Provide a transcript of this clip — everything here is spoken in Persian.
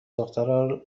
دخترا